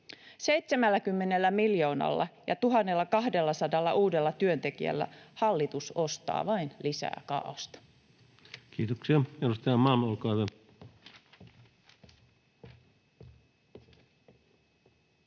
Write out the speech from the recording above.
70 miljoonalla ja 1 200 uudella työntekijällä hallitus ostaa vain lisää kaaosta. [Speech